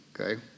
Okay